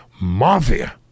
mafia